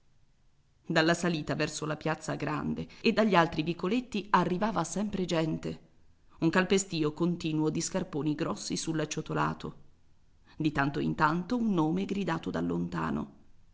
dalla salita verso la piazza grande e dagli altri vicoletti arrivava sempre gente un calpestìo continuo di scarponi grossi sull'acciottolato di tanto in tanto un nome gridato da lontano